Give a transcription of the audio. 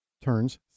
turns